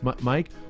Mike